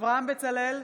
אברהם בצלאל,